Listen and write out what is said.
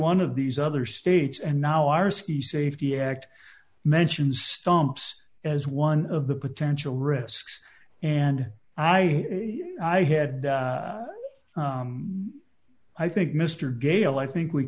one of these other states and now our ski safety act mentions stumps as one of the potential risks and i i had i think mr gale i think we